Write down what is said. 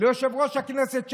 ליושב-ראש הכנסת,